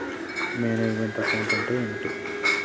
Manage meant account అంటే ఏమిటి?